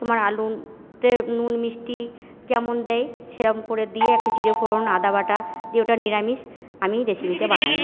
তোমার আলুতে নুন মিষ্টি যেমন দেয় সেরকম করে দিয়ে একটু জিরে ফোঁড়ন আদা বাটা দিয়ে ওটা নিরামিষ আমি রেসিপিটা বানাই